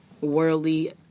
worldly